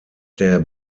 der